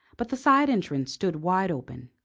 but the side entrance stood wide open,